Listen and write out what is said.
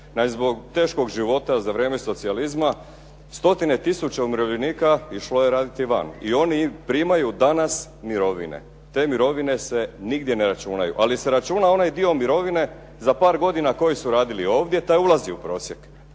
zbog teškog života za vrijeme socijalizma stotine tisuća umirovljenika išlo je raditi van i oni primaju danas mirovine. Te mirovine se nigdje ne računaju, ali se računa onaj dio mirovine za par godine koje su radili ovdje, taj ulazi u prosjek,